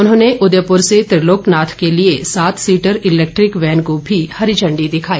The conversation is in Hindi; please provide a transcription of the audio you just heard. उन्होंने उदयपुर से त्रिलोकनाथ के लिए सात सीटर इलैक्ट्रिक वैन को भी हरी झंडी दिखाई